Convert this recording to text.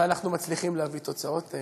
ואנחנו מצליחים להביא תוצאות.